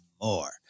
more